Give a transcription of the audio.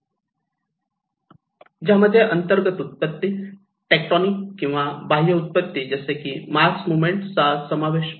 ज्यामध्ये अंतर्जात उत्पत्ती टेक्टोनिक किंवा बाह्य उत्पत्ती जसे की मास मोमेंट चा समावेश आहे